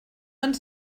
ens